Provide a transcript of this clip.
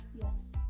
yes